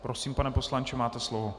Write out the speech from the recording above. Prosím, pane poslanče, máte slovo.